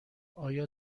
آیا